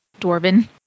Dwarven